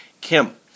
Kim